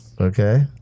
okay